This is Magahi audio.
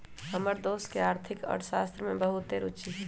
हमर दोस के आर्थिक अर्थशास्त्र में बहुते रूचि हइ